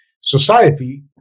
Society